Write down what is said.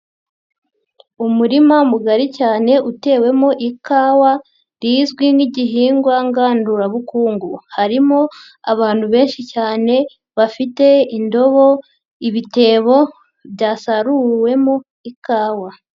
Umurima mugari cyane utewemo ikawa rizwi nk'igihingwa ngandurabukungu, harimo abantu benshi cyane bafite indobo, ibitebo byasaruwemo ikawa.